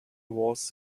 was